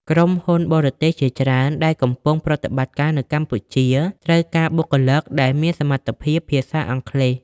ក្រុមហ៊ុនបរទេសជាច្រើនដែលកំពុងប្រតិបត្តិការនៅកម្ពុជាត្រូវការបុគ្គលិកដែលមានសមត្ថភាពភាសាអង់គ្លេស។